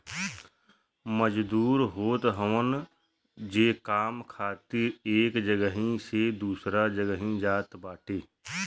मजदूर होत हवन जे काम खातिर एक जगही से दूसरा जगही जात बाटे